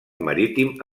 marítim